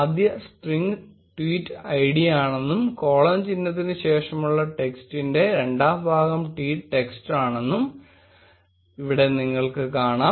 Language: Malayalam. ആദ്യ സ്ട്രിംഗ് ട്വീറ്റ് ഐഡിയാണെന്നും കോളൻ ചിഹ്നത്തിന് ശേഷമുള്ള ടെക്സ്റ്റിന്റെ രണ്ടാം ഭാഗം ട്വീറ്റ് ടെക്സ്റ്റാണെന്നും ഇവിടെ നിങ്ങൾക്ക് കാണാം